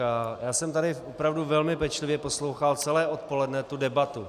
Já jsem tady opravdu velmi pečlivě poslouchal celé odpoledne tu debatu.